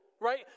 right